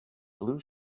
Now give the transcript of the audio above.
blue